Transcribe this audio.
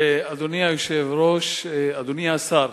אדוני היושב-ראש, אדוני השר,